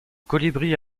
colibri